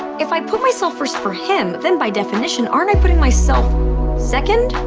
if i put myself first for him, then by definition, aren't i putting myself second?